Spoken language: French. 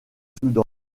soudan